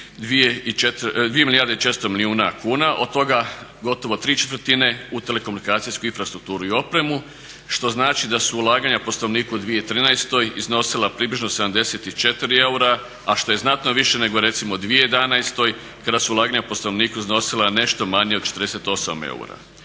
2 milijarde i 400 milijuna kuna. Od toga gotovo tri četvrtine u telekomunikacijsku infrastrukturu i opremu. Što znači da su ulaganja po stanovniku u 2013. iznosila približno 74 eura, a što je znatno više nego recimo u 2011. kada su ulaganja po stanovniku iznosila nešto manje od 48 eura.